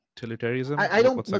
utilitarianism